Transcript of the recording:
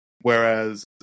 whereas